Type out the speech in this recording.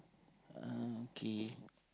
uh okay